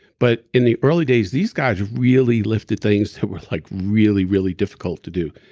but in the early days, these guys really lifted things that were like really, really difficult to do.